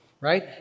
right